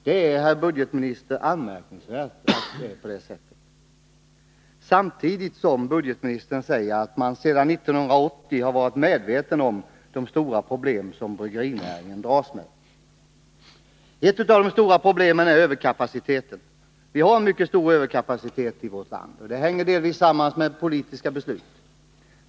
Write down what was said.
Det är, herr budgetminister, anmärkningsvärt att det är på det sättet. Det gäller särskilt som budgetministern samtidigt säger att man sedan 1980 har varit medveten om de stora problem som bryggerinäringen dras med. Ett av dessa stora problem är överkapaciteten. Vi har en mycket stor överkapacitet i vårt land. Det hänger delvis samman med politiska beslut.